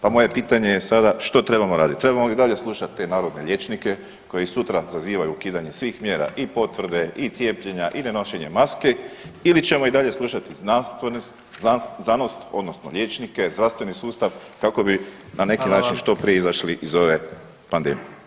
Pa moje pitanje je sada što trebamo raditi, trebamo li i dalje slušati te narodne liječnike koji sutra zazivaju ukidanje svih mjera i potvrde i cijepljenja i nenošenja maski ili ćemo i dalje slušati znanost odnosno liječnike, zdravstveni sustav kako bi na neki način [[Upadica: Hvala vam.]] što prije izašli iz ove pandemije.